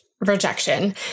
rejection